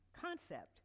concept